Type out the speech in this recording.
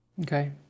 Okay